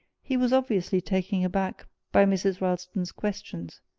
he was obviously taken aback by mrs. ralston's questions,